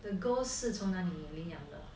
她是从哪里领养的